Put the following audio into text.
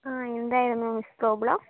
ആ എന്തായിരുന്നു miss problem